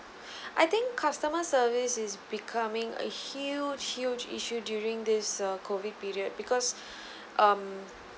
I think customer service is becoming a huge huge issue during this uh COVID period because um